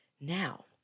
Now